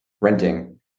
renting